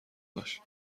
باش